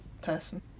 person